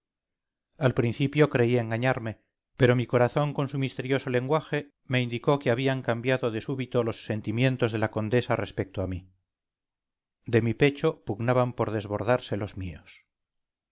al principio creí engañarme pero mi corazón con su misterioso lenguaje me indicó que habían cambiado de súbito los sentimientos de la condesa respecto a mí de mi pecho pugnaban por desbordarse los míos